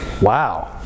Wow